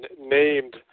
named